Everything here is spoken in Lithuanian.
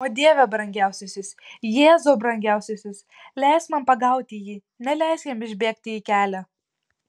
o dieve brangiausiasis jėzau brangiausiasis leisk man pagauti jį neleisk jam išbėgti į kelią